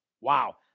Wow